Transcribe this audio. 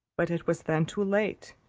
but it was then too late,